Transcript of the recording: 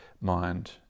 mind